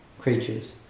creatures